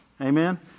Amen